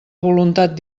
voluntat